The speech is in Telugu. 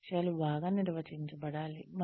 లక్ష్యాలు బాగా నిర్వచించబడాలి